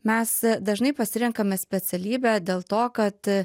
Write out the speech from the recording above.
mes dažnai pasirenkame specialybę dėl to kad